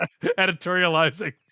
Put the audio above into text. editorializing